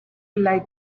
like